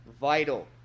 vital